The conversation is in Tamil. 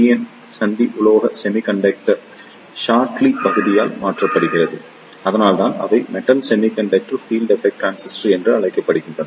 என் சந்தி உலோக செமிகண்டக்டர் ஷாட்கி பகுதியால் மாற்றப்படுகிறது அதனால்தான் அவை metal semiconductor field effect transistor என்று அழைக்கப்படுகின்றன